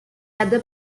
other